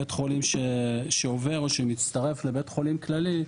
בית חולים שעובר או שמצטרף לבית חולים כללי,